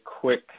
quick